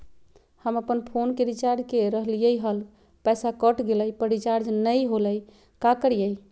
हम अपन फोन के रिचार्ज के रहलिय हल, पैसा कट गेलई, पर रिचार्ज नई होलई, का करियई?